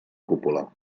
cúpula